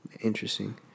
Interesting